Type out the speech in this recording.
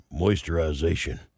moisturization